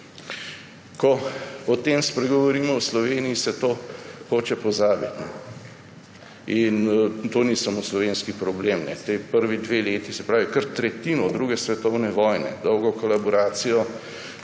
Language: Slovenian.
Ko o tem spregovorimo v Sloveniji, se to hoče pozabiti. To ni samo slovenski problem, prvi dve leti, se pravi kar tretjino druge svetovne vojne dolgo kolaboracijo